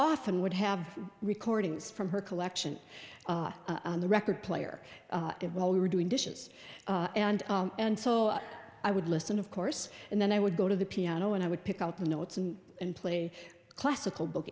often would have recordings from her collection on the record player while we were doing dishes and and so i would listen of course and then i would go to the piano and i would pick out the notes and and play classical book